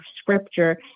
scripture